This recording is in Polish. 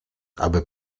aby